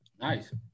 Nice